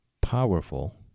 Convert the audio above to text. powerful